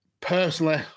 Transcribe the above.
Personally